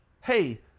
Hey